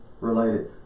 related